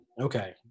Okay